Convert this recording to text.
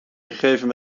gegeven